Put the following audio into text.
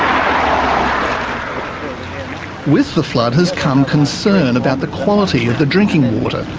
um with the flood has come concern about the quality of the drinking water,